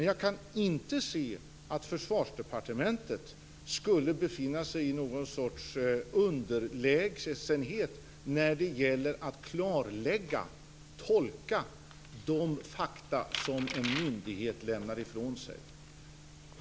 Jag kan inte se att Försvarsdepartementet skulle befinna sig i någon sorts underlägsenhet när det gäller att klarlägga och tolka de fakta som en myndighet lämnar ifrån sig.